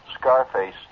Scarface